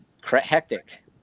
hectic